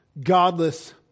godless